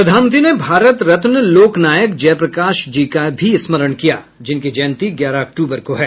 प्रधानमंत्री ने भारत रत्न लोकनायक जयप्रकाश जी का भी स्मरण किया जिनकी जयंती ग्यारह अक्तूबर को है